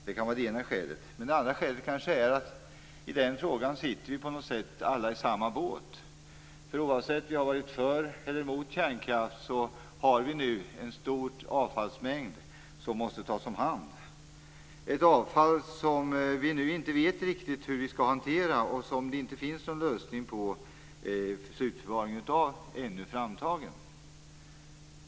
Det andra skälet kanske är att vi i denna fråga på något sätt sitter i samma båt. Oavsett om vi har varit för eller emot kärnkraft, så har vi nu en stor avfallsmängd som måste tas om hand. Det här är ett avfall som vi inte riktigt vet hur vi skall hantera och som det ännu inte har tagits fram någon lösning på slutförvaringen av.